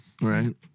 Right